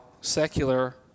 secular